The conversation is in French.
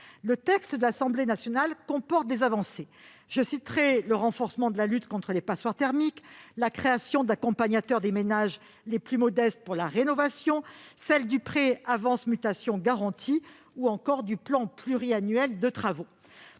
Le texte de l'Assemblée nationale comporte des avancées : le renforcement de la lutte contre les passoires thermiques, la création d'accompagnateurs des ménages les plus modestes pour la rénovation, du prêt avance mutation garanti ou encore du plan pluriannuel de travaux.